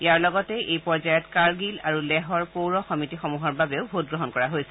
ইয়াৰ লগতে এই পৰ্যায়ত কাৰ্গিল আৰু লেহৰ পৌৰ সমিতি সমূহৰ বাবেও ভোটগ্ৰহণ কৰা হৈছে